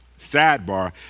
Sidebar